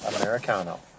Americano